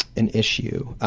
an issue.